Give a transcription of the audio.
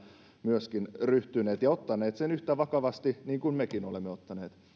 myöskin ryhtyneet ja ottaneet sen yhtä vakavasti kuin mekin olemme ottaneet